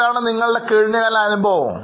എന്താണ് നിങ്ങളുടെ കഴിഞ്ഞകാല അനുഭവം